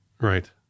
Right